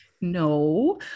no